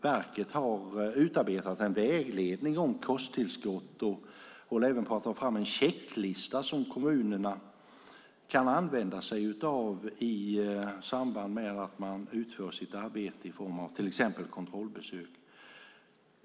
Verket har utarbetat en vägledning om kosttillskott och håller även på att ta fram en checklista som kommunerna kan använda sig av i samband med att man utför sitt arbete i form av till exempel kontrollbesök.